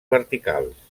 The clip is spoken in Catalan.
verticals